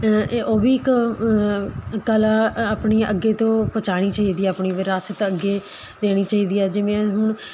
ਉਹ ਵੀ ਇੱਕ ਕਲਾ ਆਪਣੀ ਅੱਗੇ ਤੋਂ ਪਹੁੰਚਾਉਣੀ ਚਾਹੀਦੀ ਹੈ ਆਪਣੀ ਵਿਰਾਸਤ ਅੱਗੇ ਦੇਣੀ ਚਾਹੀਦੀ ਹੈ ਜਿਵੇਂ ਹੁਣ